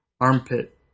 Armpit